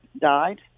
died